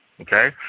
okay